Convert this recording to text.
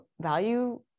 value